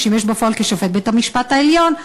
ששימש בפועל שופט בית-המשפט העליון.